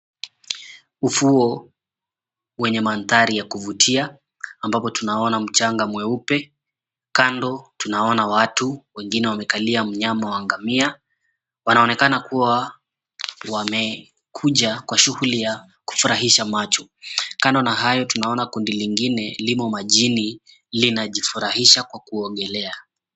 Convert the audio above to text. Ufuo wenye mandhari ya kuvutia ambapo tunaona mchanga mweupe, kando tunaona watu, wengine wamekalia mnyama wa ngamia, wanaonekana kuwa wamekuja kwa shughuli ya kufurahisha macho, kando na hayo tunaona kundi lingine limo majini linajifurahisha kwa kuogelea.